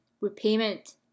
repayment